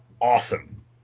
awesome